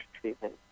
treatment